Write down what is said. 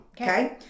okay